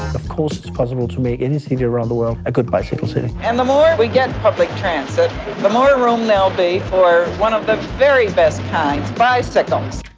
of course it's possible to make any city around the world a good bicycle city. and the more we get public transit the more room they'll be for one of the very best kinds. bicycles!